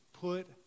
put